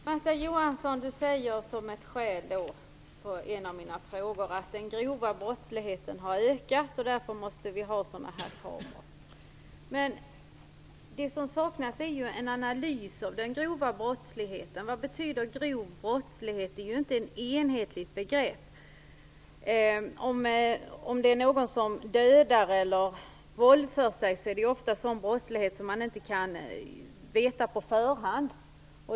Herr talman! Märta Johansson svarar på en av mina frågor att den grova brottsligheten har ökat, och därför måste vi ha sådana här kameror. Men det som saknas är en analys av den grova brottsligheten. Vad betyder grov brottslighet? Det är ju inte ett enhetligt begrepp. När någon dödar eller våldför sig på någon är det ju ofta fråga om brottslighet som man inte kan veta något om på förhand.